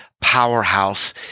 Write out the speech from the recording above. Powerhouse